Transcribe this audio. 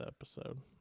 episode